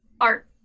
art